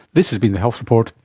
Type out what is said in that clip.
this has been the health report,